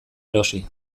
erosi